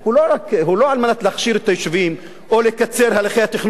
על מנת להכשיר את היישובים או לקצר את הליכי התכנון.